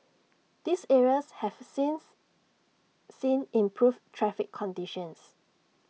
these areas have since seen improved traffic conditions